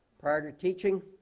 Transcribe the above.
prior to teaching,